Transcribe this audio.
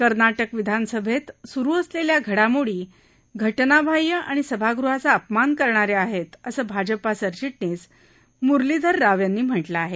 कर्नाटक विधानसभेत स्रु असलेल्या घडामोडी घटनाबाह्य आणि सभागृहाचा अपमान करणा या आहेत असं भाजपा सरचिटणीस म्रलीधर राव यांनी म्हटलं आहे